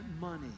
money